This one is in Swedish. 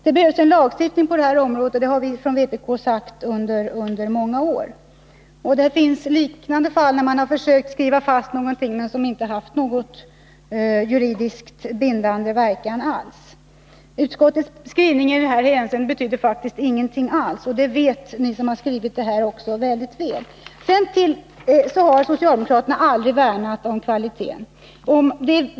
Det behövs en lagstiftning på det här området — det har vi från vpk sagt under många år. Det finns liknande fall där man försökt skriva fast någonting men där skrivningen inte haft någon juridiskt bindande verkan alls. Utskottsskrivningen i det här hänseendet betyder faktiskt ingenting alls. Och det vet ni som har skrivit det mycket väl. Socialdemokraterna har aldrig värnat om kvaliteten.